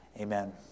Amen